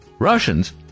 Russians